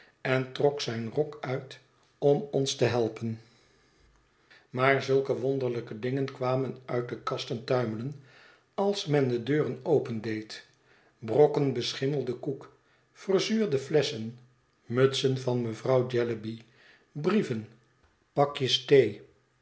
en trok zijn rok uit om ons te helpen maar zulke wonderlijke dingen kwamen uit de kasten tuimelen als men de deuren opendeed brokken beschimmelden koek verzuurde fiesschen mutsen van mevrouw jellyby brieven pakjes thee